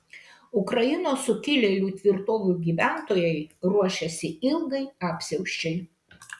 ukrainos sukilėlių tvirtovių gyventojai ruošiasi ilgai apsiausčiai